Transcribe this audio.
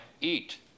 eat